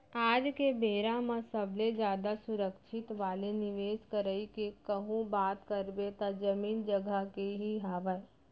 आज के बेरा म सबले जादा सुरक्छित वाले निवेस करई के कहूँ बात करबे त जमीन जघा के ही हावय